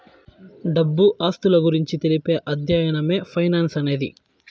డబ్బు ఆస్తుల గురించి తెలిపే అధ్యయనమే ఫైనాన్స్ అనేది